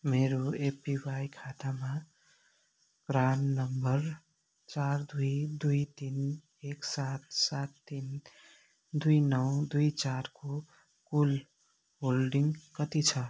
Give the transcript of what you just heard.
मेरो एपिवाई खातामा PRAN number चार दुई दुई तिन एक सात सात तिन दुई नौ दुई चारको कुल होल्डिङ कति छ